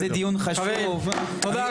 חבר הכנסת טור פז, תודה.